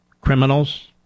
criminals